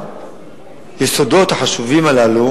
היסודות החשובים הללו